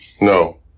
No